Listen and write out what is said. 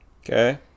Okay